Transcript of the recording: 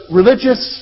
religious